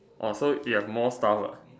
orh so you have more stuff ah